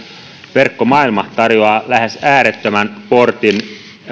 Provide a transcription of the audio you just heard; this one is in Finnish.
verkkomaailma tarjoaa lähes äärettömän portin